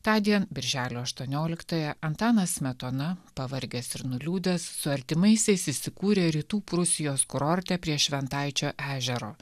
tądien birželio aštuonioliktąją antanas smetona pavargęs ir nuliūdęs su artimaisiais įsikūrė rytų prūsijos kurorte prie šventaičio ežero